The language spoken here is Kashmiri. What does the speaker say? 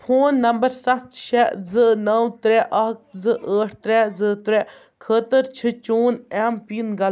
فون نمبر سَتھ شےٚ زٕ نَو ترٛےٚ اَکھ زٕ ٲٹھ ترٛےٚ زٕ ترٛےٚ خٲطرٕ چھِ چون اٮ۪م پِن غل